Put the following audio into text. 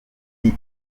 ndi